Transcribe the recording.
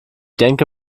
denke